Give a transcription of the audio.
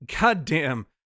goddamn